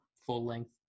full-length